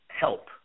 help